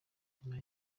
nyuma